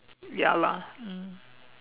ya lah mm